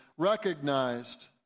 Recognized